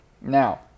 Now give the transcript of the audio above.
Now